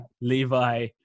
Levi